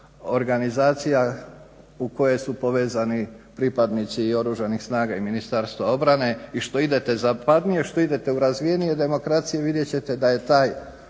organizacija u koje su povezani pripadnici i Oružanih snaga i Ministarstva obrane i što idete zapadnije, što idete u razvijenije demokracije vidjet ćete da je taj